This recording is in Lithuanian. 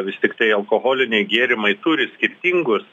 vis tiktai alkoholiniai gėrimai turi skirtingus